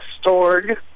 stored